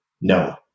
No